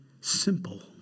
simple